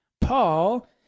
Paul